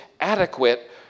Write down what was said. adequate